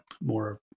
more